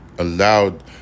allowed